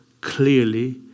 clearly